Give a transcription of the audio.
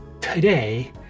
today